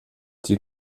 die